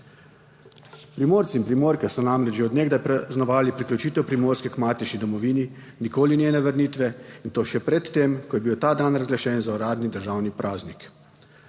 Primorci in Primorke so namreč že od nekdaj praznovali priključitev Primorske k matični domovini, nikoli njene vrnitve, in to še pred tem, ko je bil ta dan razglašen za uradni državni praznik.